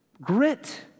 grit